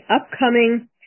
upcoming